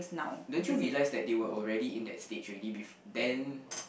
don't you realize that they were already in that stage already bef~ then